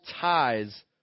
ties